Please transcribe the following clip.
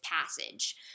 passage